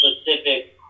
specific